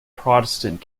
protestant